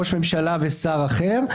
ראש ממשלה ושר אחר,